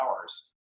hours